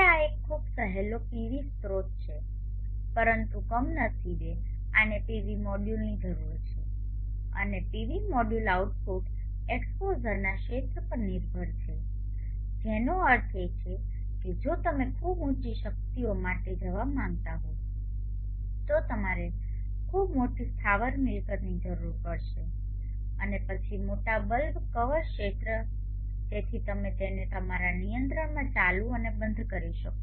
હવે આ એક ખૂબ સહેલો પીવી સ્રોત છે પરંતુ કમનસીબે આને પીવી મોડ્યુલની જરૂર છે અને પીવી મોડ્યુલ આઉટપુટ એક્સપોઝરના ક્ષેત્ર પર નિર્ભર છે જેનો અર્થ છે કે જો તમે ખૂબ ઉંચી શક્તિઓ માટે જવા માંગતા હો તો તમારે ખૂબ મોટી સ્થાવર મિલકતની જરૂર પડશે અને પછી મોટા બલ્બ કવર ક્ષેત્ર જેથી તમે તેને તમારા નિયંત્રણમાં ચાલુ અને બંધ કરી શકો